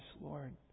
Lord